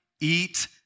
Eat